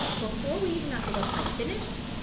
before we even got the website finished,